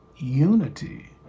unity